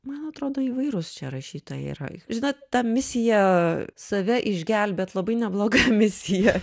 man atrodo įvairūs rašytojai yra žinot ta misija save išgelbėt labai nebloga misija